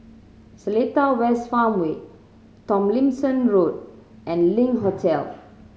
Seletar West Farmway Tomlinson Road and Link Hotel